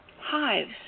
hives